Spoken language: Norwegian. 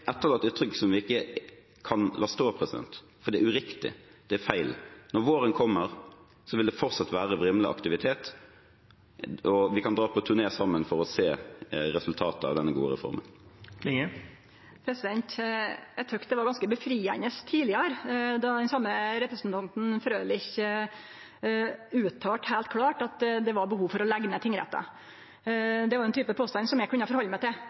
etterlatt inntrykk som vi ikke kan la stå, for det er uriktig. Det er feil. Når våren kommer, vil det fortsatt være vrimlende aktivitet. Vi kan dra på turné sammen for å se resultatet av denne gode reformen. Eg syntest det var ganske greitt tidlegare, då den same representanten Frølich uttalte heilt klart at det var behov for å leggje ned tingrettar. Det var ein type påstand som eg kunne forhalde meg til